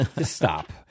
Stop